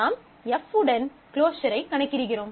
நாம் F உடன் க்ளோஸரைக் கணக்கிடுகிறோம்